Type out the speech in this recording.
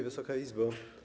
Wysoka Izbo!